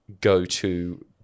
go-to